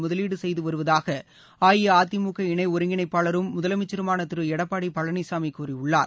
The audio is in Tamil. முதலீடு செய்து வருவதாக அஇஅதிமுக இணை ஒருங்கிணைப்பாளரும் முதலமைச்சருமான திரு எடப்பாடி பழனிசாமி கூறியுள்ளார்